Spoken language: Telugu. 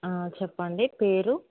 చెప్పండి పేరు